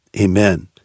Amen